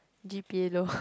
G_P low